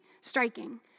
striking